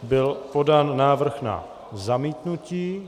Byl podán návrh na zamítnutí.